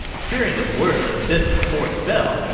fearing the worst of this before it fell,